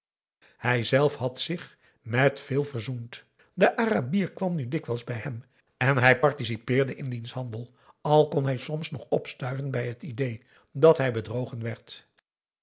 moest hijzelf had zich met veel verzoend de arabier kwam nu dikwijls bij hem en hij participeerde in diens handel al kon hij soms nog opstuiven bij het idee dat hij bedrogen werd